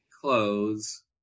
clothes